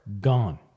gone